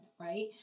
right